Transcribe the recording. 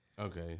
Okay